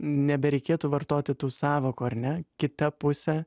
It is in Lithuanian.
nebereikėtų vartoti tų sąvokų ar ne kita puse